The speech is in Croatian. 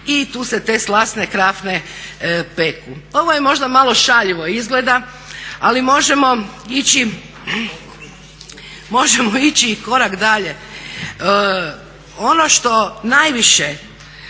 i tu se te slasne krafne peku. Ovo je možda malo šaljivo, izgleda, ali možemo ići i korak dalje,